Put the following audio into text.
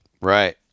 Right